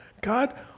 God